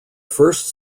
first